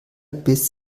biss